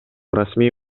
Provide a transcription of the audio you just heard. расмий